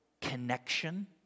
connection